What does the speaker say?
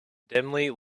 dimly